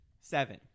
Seven